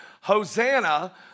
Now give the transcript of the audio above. Hosanna